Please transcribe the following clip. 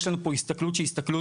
יש לנו פה הסתכלות שהיא הסתכלות,